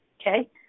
okay